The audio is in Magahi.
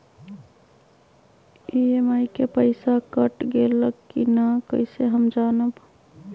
ई.एम.आई के पईसा कट गेलक कि ना कइसे हम जानब?